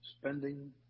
spending